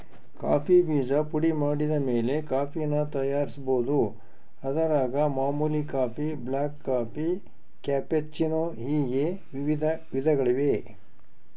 coffee ಬೀಜ ಪುಡಿಮಾಡಿದಮೇಲೆ ಕಾಫಿನ ತಯಾರಿಸ್ಬೋದು, ಅದರಾಗ ಮಾಮೂಲಿ ಕಾಫಿ, ಬ್ಲಾಕ್ಕಾಫಿ, ಕ್ಯಾಪೆಚ್ಚಿನೋ ಹೀಗೆ ವಿಧಗಳಿವೆ